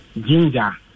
Ginger